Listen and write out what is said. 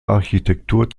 architektur